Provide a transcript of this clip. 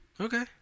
okay